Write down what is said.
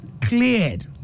cleared